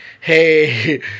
hey